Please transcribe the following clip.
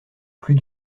plus